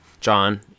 John